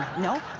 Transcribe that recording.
no,